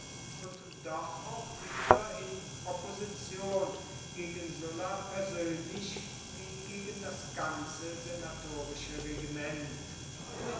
und doch auch wieder in opposition gegen sulla persönlich wie gegen das ganze senatorische regiment